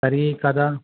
तर्हि कदा